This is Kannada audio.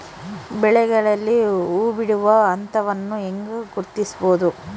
ಬೆಳೆಗಳಲ್ಲಿ ಹೂಬಿಡುವ ಹಂತವನ್ನು ಹೆಂಗ ಗುರ್ತಿಸಬೊದು?